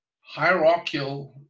hierarchical